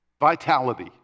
vitality